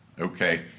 okay